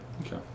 Okay